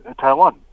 Taiwan